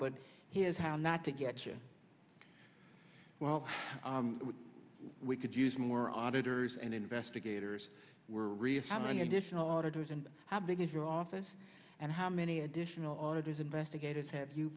but here is how not to get you well we could use more auditors and investigators were real how many additional auditors and how big is your office and how many additional auditors investigators have you